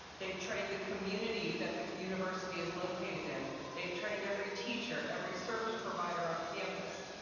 they've trained the community that the university is located in. they've trained every teacher, every service provider on campus.